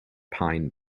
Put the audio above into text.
pine